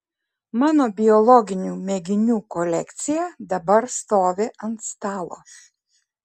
mano biologinių mėginių kolekcija dabar stovi ant stalo